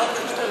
חבר הכנסת שטרן,